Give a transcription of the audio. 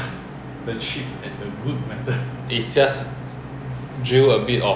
it's just someone with a license in singapore and they don't do the job [one] they will never ever come and do the job [one]